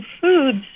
foods